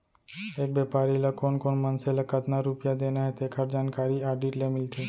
एक बेपारी ल कोन कोन मनसे ल कतना रूपिया देना हे तेखर जानकारी आडिट ले मिलथे